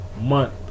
month